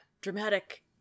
dramatic